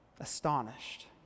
Astonished